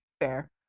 Fair